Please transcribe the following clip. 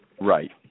Right